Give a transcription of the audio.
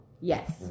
Yes